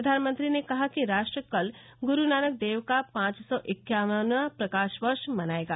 प्रधानमंत्री ने कहा कि राष्ट्र कल गुरु नानक देव का पांच सौ इक्यावनवा प्रकाश पर्व मनाएगा